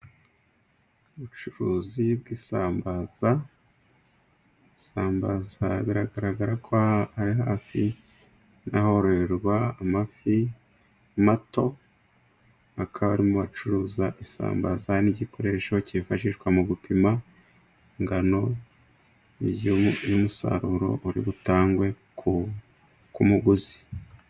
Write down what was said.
Ubucuruzi bw'isambaza， isambaza biragaragara ko aha ari hafi n'ahororerwa amafi mato，bakaba barimo bacuruza isambaza n'igikoresho cyifashishwa mu gupim ingano y'umusaruro uri butangwe ku muguzi.